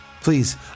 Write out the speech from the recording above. Please